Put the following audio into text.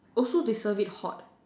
also they serve it hot